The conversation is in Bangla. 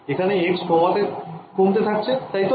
এখানে x কমতে থাকছে তাই তো